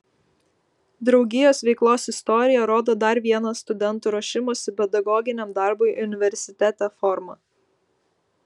draugijos veiklos istorija rodo dar vieną studentų ruošimosi pedagoginiam darbui universitete formą